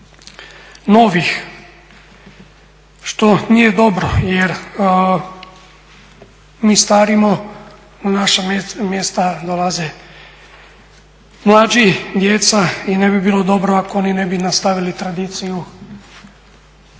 novih što nije dobro jer mi starimo, u naša mjesta dolaze mlađi, djeca i ne bi bilo dobro ako oni ne bi nastavili tradiciju